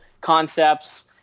concepts